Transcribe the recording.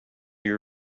your